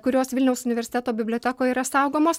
kurios vilniaus universiteto bibliotekoje yra saugomos